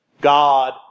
God